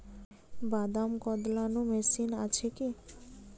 বাদাম কদলানো মেশিন আছেকি?